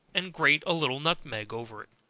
and grate a little nutmeg over.